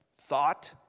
thought